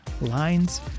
lines